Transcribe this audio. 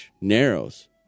narrows